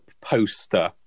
poster